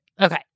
okay